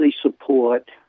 support